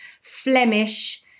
Flemish